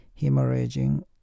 hemorrhaging